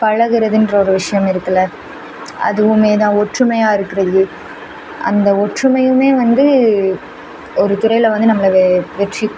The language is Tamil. பழகுறதுன்ற ஒரு விஷயம் இருக்குதுல அதுவுமே தான் ஒற்றுமையாக இருக்கிறது அந்த ஒற்றுமையுமே வந்து ஒரு துறையில் வந்து நம்மள வெற்றி